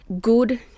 Good